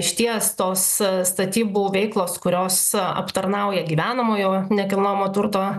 išties tos statybų veiklos kurios aptarnauja gyvenamojo nekilnojamo turto